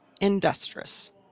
industrious